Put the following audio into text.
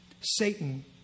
Satan